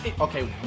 Okay